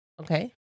Okay